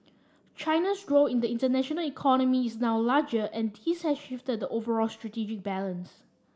China's role in the international economy is now larger and this has shifted the overall strategic balance